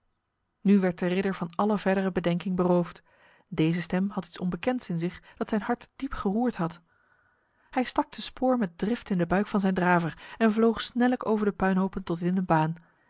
nu werd de ridder van alle verdere bedenking beroofd deze stem had iets onbekends in zich dat zijn hart diep geroerd had hij stak de spoor met drift in de buik van zijn draver en vloog snellijk over de puinhopen tot in de baan